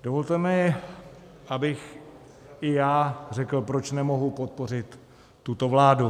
Dovolte mi, abych i já řekl, proč nemohu podpořit tuto vládu.